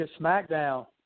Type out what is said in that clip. SmackDown